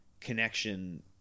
connection